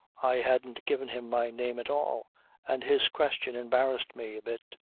i hadn't given him my name at all and his question embarrassed me a bit.